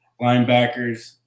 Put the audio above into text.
linebackers